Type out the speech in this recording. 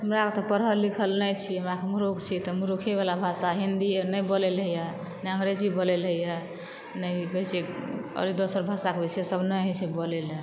हमरा ओतय पढ़ल लिखल नहि छियै मूरख छियै तऽ मूर्खे वला भाषा हिंदी आर नहि बोलै लए होइया नहि अंग्रेज़ी बोलय लए होइया नहि की कहै छै आओर दोसर भाषा होइ छै से सब नहि होइ छै बोलै लए